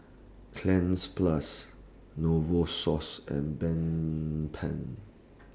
Cleanz Plus Novosource and